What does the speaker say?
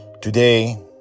Today